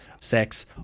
sex